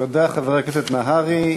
תודה, חבר הכנסת נהרי.